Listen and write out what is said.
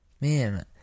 man